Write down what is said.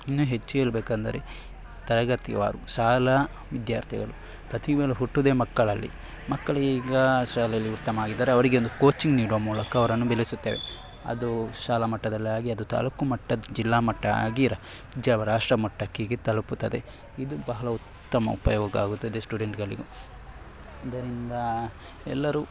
ಇನ್ನು ಹೆಚ್ಚು ಹೇಳ್ಬೇಕೆಂದರೆ ತರಗತಿವಾರು ಶಾಲಾ ವಿದ್ಯಾರ್ಥಿಗಳು ಪ್ರತಿಭೆಗಳು ಹುಟ್ಟೋದೇ ಮಕ್ಕಳಲ್ಲಿ ಮಕ್ಕಳೀಗ ಶಾಲೆಯಲ್ಲಿ ಉತ್ತಮವಾಗಿದ್ದರೆ ಅವರಿಗೊಂದು ಕೋಚಿಂಗ್ ನೀಡುವ ಮೂಲಕ ಅವರನ್ನು ಬೆಳೆಸುತ್ತೇವೆ ಅದು ಶಾಲಾ ಮಟ್ಟದಲ್ಲಾಗ್ಲಿ ಅದು ತಾಲೂಕು ಮಟ್ಟ ಜಿಲ್ಲಾ ಮಟ್ಟ ಆಗಿ ರಾಜ್ಯ ರಾಷ್ಟ್ರ ಮಟ್ಟಕ್ಕೆ ಹೀಗೆ ತಲುಪುತ್ತದೆ ಇದು ಬಹಳ ಉತ್ತಮ ಉಪಯೋಗ ಆಗುತ್ತದೆ ಸ್ಟೂಡೆಂಟ್ಗಳಿಗೆ ಇದರಿಂದ ಎಲ್ಲರು